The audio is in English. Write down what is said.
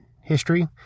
history